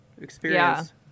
Experience